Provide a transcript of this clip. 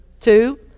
two